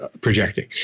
projecting